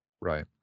Right